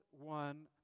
one